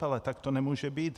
Ale tak to nemůže být.